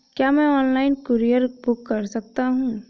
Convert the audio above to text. क्या मैं online courier book कर सकता हूँ?